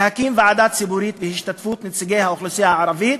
להקים ועדה ציבורית בהשתתפות נציגי האוכלוסייה הערבית,